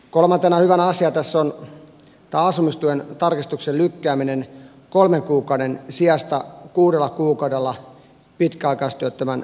kolmantena hyvänä asiana tässä on tämä asumistuen tarkistuksen lykkääminen kolmen kuukauden sijasta kuudella kuukaudella pitkäaikaistyöttömän työllistyessä